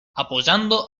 apoyando